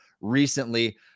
recently